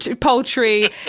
poultry